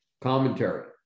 Commentary